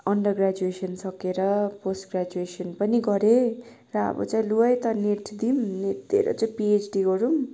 under graduation सकिएर post graduation पनि गरेँ र अब चाहिँ लु है त नेट दिऊँ नेट दिएर चाहिँ पिएचडी गरौँ